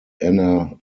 anna